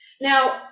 now